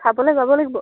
চাবলৈ যাব লাগিব